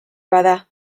bada